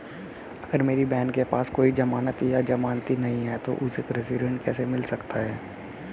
अगर मेरी बहन के पास कोई जमानत या जमानती नहीं है तो उसे कृषि ऋण कैसे मिल सकता है?